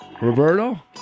Roberto